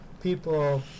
people